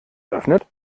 öffnet